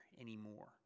anymore